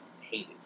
hated